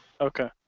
Okay